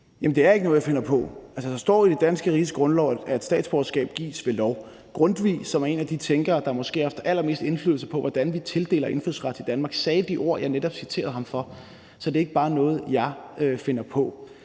Det er ikke noget, jeg finder på. Der står i det danske riges grundlov, at statsborgerskab gives ved lov. Grundtvig, som er en af de tænkere, der måske har haft allermest indflydelse på, hvordan vi tildeler indfødsret i Danmark, sagde de ord, jeg netop citerede ham for. Så det er ikke bare noget, jeg finder på.